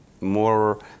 more